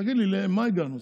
תגיד לי, לאן הגענו?